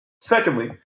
Secondly